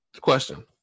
question